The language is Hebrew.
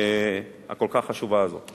הכל-כך חשובה הזאת.